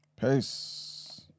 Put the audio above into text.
Peace